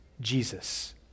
Jesus